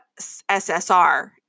SSR